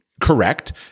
correct